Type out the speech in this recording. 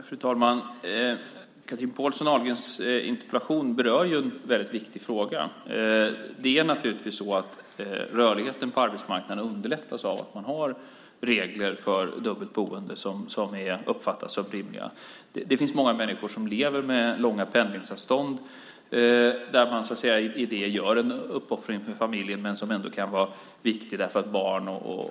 Fru talman! I Chatrine Pålsson Ahlgrens interpellation berörs en väldigt viktig fråga. Det är naturligtvis så att rörligheten på arbetsmarknaden underlättas av att det finns regler för dubbelt boende som uppfattas som rimliga. Det är många människor som lever med långa pendlingsavstånd och som i och med det så att säga gör en uppoffring för familjen, något som ändå kan vara viktigt med tanke på barnen.